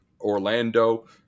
Orlando